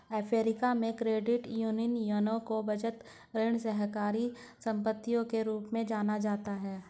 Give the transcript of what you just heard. Africa में, credit यूनियनों को बचत, ऋण सहकारी समितियों के रूप में जाना जाता है